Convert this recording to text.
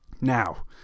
Now